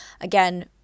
Again